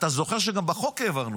אתה זוכר שגם בחוק העברנו,